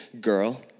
girl